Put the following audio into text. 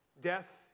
death